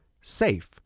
SAFE